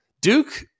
Duke